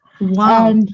Wow